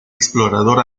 explorador